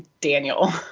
daniel